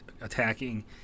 Attacking